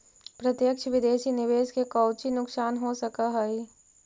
प्रत्यक्ष विदेश निवेश के कउची नुकसान हो सकऽ हई